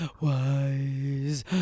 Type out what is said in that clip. Wise